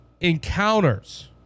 encounters